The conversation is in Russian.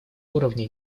уровня